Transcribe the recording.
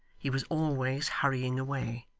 he was always hurrying away.